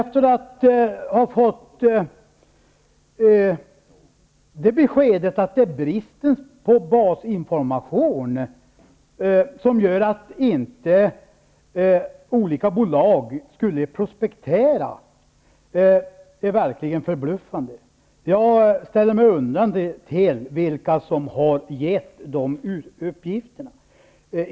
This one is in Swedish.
Vi har nu fått beskedet att det skulle vara bristen på basinformation som gör att olika bolag inte prospekterar. Det är verkligen förbluffande. Jag undrar vilka som har lämnat de uppgifterna.